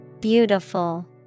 Beautiful